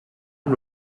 amb